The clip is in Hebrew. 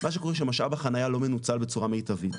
מה שקורה שמשאב החניה לא מנוצל בצורה מיטבית,